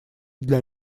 для